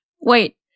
wait